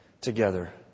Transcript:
together